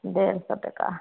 डेढ़ सओ टाका